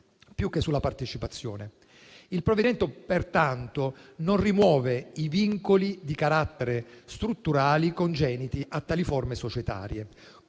più che sulla partecipazione. Il provvedimento pertanto non rimuove i vincoli di carattere strutturale, congeniti a tali forme societarie,